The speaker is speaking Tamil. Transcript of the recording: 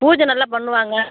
பூஜை நல்லா பண்ணுவாங்க